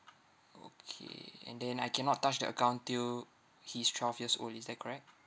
okay and then I cannot touch the account till he's twelve years old is that correct